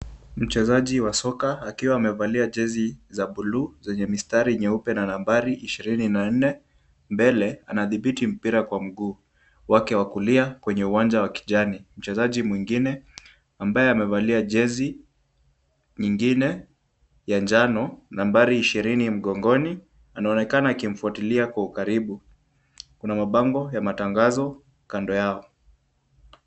Mchezaji wa soka akiwa amevalia jezi za buluu zenye mistari nyeupe na nambari ishirini na nne mbele anadhibiti mpira kwa mguu wake wa kulia kwenye uwanja wa kijani. Mchezaji mwingine ambaye amevalia jezi nyingine ya njano nambari ishirini mgongoni anaonekana akimfuatilia kwa ukaribu. kuna mabango ya matangazo kando yao.